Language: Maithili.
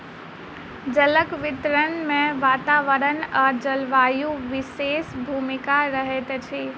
जलक वितरण मे वातावरण आ जलवायुक विशेष भूमिका रहैत अछि